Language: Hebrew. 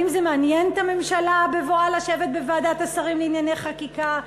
האם זה מעניין את הממשלה בבואה לשבת בוועדת השרים לענייני חקיקה,